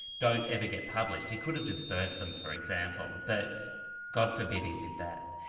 don't ever get published, he could have just burned them for example, but god forbid he did that.